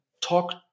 talk